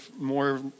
more